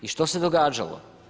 I što se događalo?